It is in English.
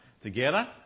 together